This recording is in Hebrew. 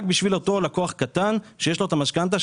רק בשביל אותו לקוח קטן שיש לו משכנתה,